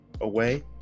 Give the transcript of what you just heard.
away